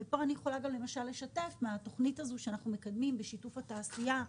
אני יכולה גם לספר על התוכנית שאנחנו מקדמים בשיתוף התעשייה,